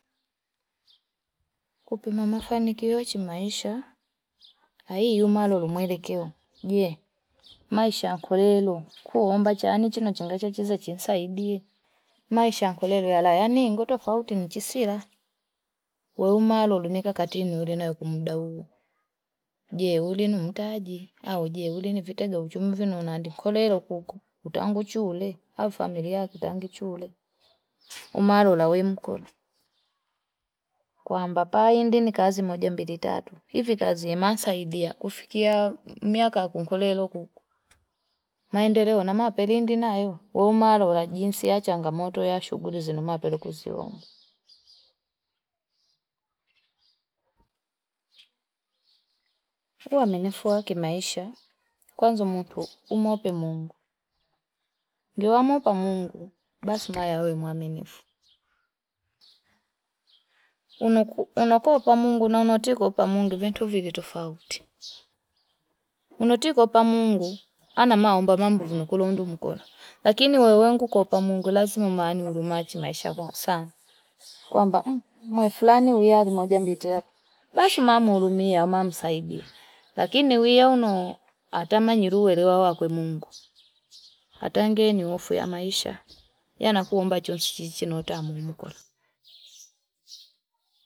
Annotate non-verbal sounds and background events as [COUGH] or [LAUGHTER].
Kupima mafanikio chi maisha aiyoluluma mwelekeo je maisha nkoyelo kuomba chani chino cheni chezi chi nsaidie maisha nkolelo yala yaniingo tofauti nchisila we umalolo kitila wakati mda huo je ulinu mtaji au je ulinu vitega uchumi kunani kolelo huko huko utanguchule au familia kitangi chule [NOISE] umalola we mkole kwamba paindine kazi moja mbili tatu hivi kazi masaidia kufikiaa miaka kunkolelo kuku, maendeleo namape pilindi naayo we umalola jinsi ya changamoto ya shughuli nzima mapele kuziona. [NOISE] Ni uwaminifu wake kimaisha kwanza mutu umope Mungu ndi wamopa Mungu basi maya we mwaminifu unoku unakopa Mungu na unatikopa mundu vitu viwili tofauti, unati kuopa Mungu [NOISE] anaomba mambo vinokulumndu kolya lakini we wangu kwa upa Mungu lazima maani urumaji maisha kwa nsao kwamba [NOISE] mmm mwe fulani uyali moja mbili tatu basi namomuhurumia mamsaidie lakini wiyeuno atamanyi ni uelewa wake Mungu atangeni hofu ya maisha yanakuomba chochi chinotamumu kolu. [NOISE]